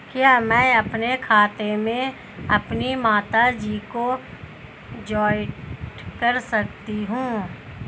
क्या मैं अपने खाते में अपनी माता जी को जॉइंट कर सकता हूँ?